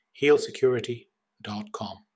healsecurity.com